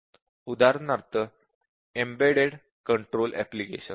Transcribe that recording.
उदाहरणार्थ embedded control applications